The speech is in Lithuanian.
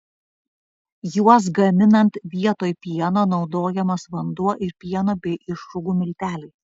juos gaminant vietoj pieno naudojamas vanduo ir pieno bei išrūgų milteliai